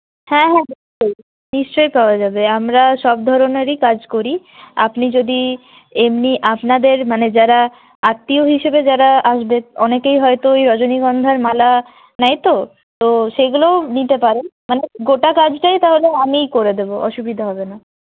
হ্যাঁ হ্যাঁ নিশ্চয় নিশ্চয় পাওয়া যাবে আমরা সব ধরনেরই কাজ করি আপনি যদি এমনি আপনাদের মানে যারা আত্মীয় হিসাবে যারা আসবে অনেকেই হয়তো ওই রজনীগন্ধার মালা নেয় তো তো সেইগুলোও নিতে পারেন মানে গোটা কাজটাই তাহলে আমিই করে দেব অসুবিধা হবে না